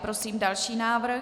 Prosím další návrh.